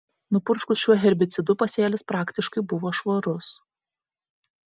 nupurškus šiuo herbicidu pasėlis praktiškai buvo švarus